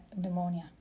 pneumonia